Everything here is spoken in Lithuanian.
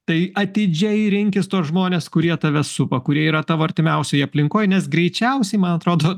tai atidžiai rinkis tuos žmones kurie tave supa kurie yra tavo artimiausioj aplinkoj nes greičiausiai man atrodo